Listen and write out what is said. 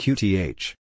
Qth